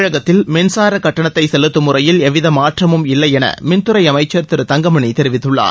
தமிழகத்தில் மின்சாரக் கட்டணத்தை செலுத்தும் முறையில் எவ்வித மாற்றமும் இல்லையென மின்துறை அமைச்சர் திரு தங்கமணி தெரிவிததுள்ளார்